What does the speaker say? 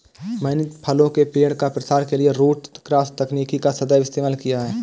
मैंने फलों के पेड़ का प्रसार के लिए रूट क्रॉस तकनीक का सदैव इस्तेमाल किया है